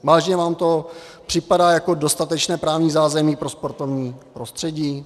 Vážně vám to připadá jako dostatečné právní zázemí pro sportovní prostředí?